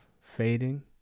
fading